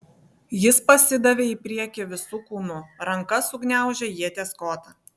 jis pasidavė į priekį visu kūnu ranka sugniaužė ieties kotą